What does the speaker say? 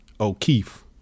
O'Keefe